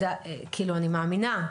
אני מאמינה,